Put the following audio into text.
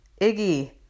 Iggy